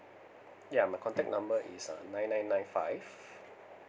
ya my contact number is uh nine nine five